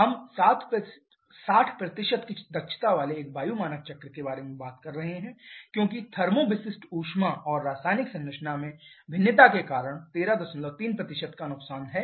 हम 60 की दक्षता वाले एक वायु मानक चक्र के बारे में बात कर रहे हैं क्योंकि थर्मो विशिष्ट ऊष्मा और रासायनिक संरचना में भिन्नता के कारण 133 नुकसान है